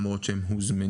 למרות שהם הוזמנו.